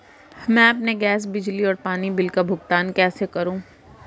मैं अपने गैस, बिजली और पानी बिल का भुगतान कैसे करूँ?